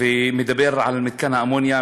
ומדבר על מתקן האמוניה,